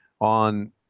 on